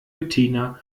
bettina